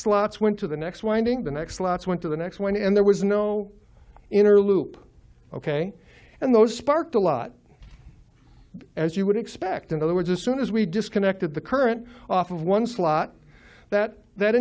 slots went to the next winding the next lots went to the next one and there was no interlude ok and those sparked a lot as you would expect in other words as soon as we disconnected the current off of one slot that that